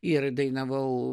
ir dainavau